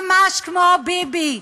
ממש כמו ביבי.